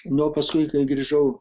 nu o paskui kai grįžau